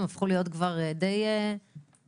הם הפכו להיות כבר די רבים?